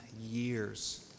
years